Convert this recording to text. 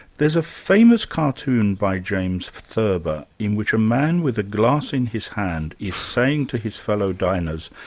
there's a famous cartoon by james thurber in which a man with a glass in his hand is saying to his fellow diners,